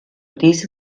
diese